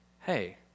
hey